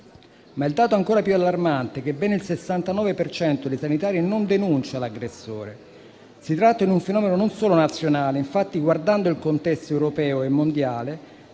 Il dato ancora più allarmante è però che ben il 69 per cento dei sanitari non denuncia l'aggressore. Si tratta di un fenomeno non solo nazionale. Infatti, guardando al contesto europeo e mondiale,